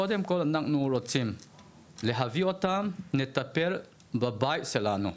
קודם כל אנחנו רוצים להביא אותם לטיפול בבית שלנו.